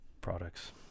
products